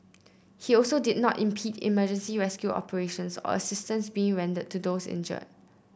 he also did not impede emergency rescue operations or assistance being rendered to those injured